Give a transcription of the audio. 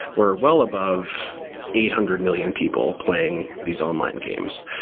we're well above eight hundred million people playing these online games.